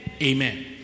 amen